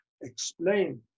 Explain